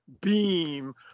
beam